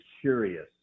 curious